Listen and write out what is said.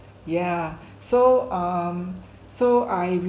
yeah so um so I